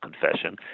confession